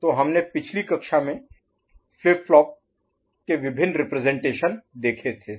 तो हमने पिछली कक्षा में फ्लिप फ्लॉप के विभिन्न रिप्रजेंटेशन देखे थे